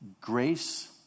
Grace